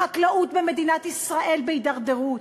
החקלאות במדינת ישראל בהידרדרות.